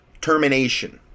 termination